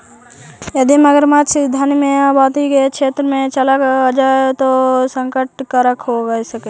यदि मगरमच्छ घनी आबादी क्षेत्र में चला जाए तो यह संकट कारक हो सकलई हे